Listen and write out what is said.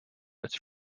its